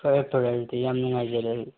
ꯐꯔꯦ ꯐꯔꯦ ꯑꯗꯨꯗꯤ ꯌꯥꯝ ꯅꯨꯡꯉꯥꯏꯖꯔꯦ ꯑꯗꯨꯗꯤ